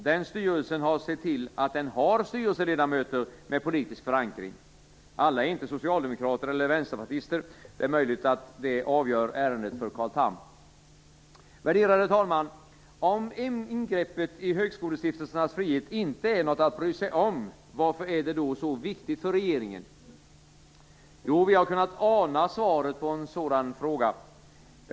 Den styrelsen har sett till att den har styrelseledamöter med politisk förankring. Alla är inte socialdemokrater eller vänsterpartister. Det är möjligt att det avgör ärendet för Carl Tham. Värderade talman! Om ingreppet i högskolestiftelsernas frihet inte är något att bry sig om, varför är det då så viktigt för regeringen? Vi har kunnat ana svaret på en sådan fråga.